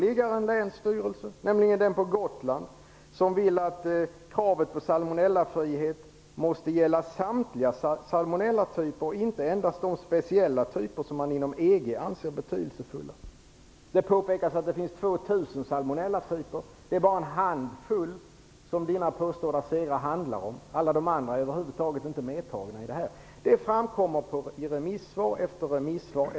T.ex. länsstyrelsen på Gotland vill att kravet på salmonellafrihet skall gälla samtliga salmonellatyper och inte bara de speciella typer som man inom EU anser vara betydelsefulla. Det påpekas att det finns 2 000 salmonellatyper. Det är bara en handfull av dem som Karl Erik Olssons påstådda segrar handlar om. De andra typerna av salmonella har över huvud taget inte berörts. Detta framkommer i remissvar efter remissvar.